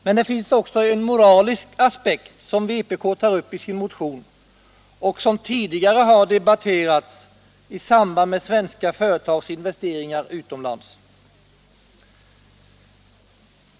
Men det finns också en moralisk aspekt som vpk tar upp i sin motion och som tidigare har debatterats i samband med svenska företags investeringar utomlands.